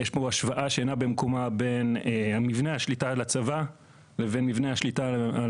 יש פה השוואה שאינה במקומה בין מבנה השליטה על הצבא לבין מבנה השליטה על